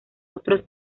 otros